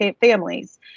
families